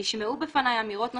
נשמעו בפניי אמירות נוספות,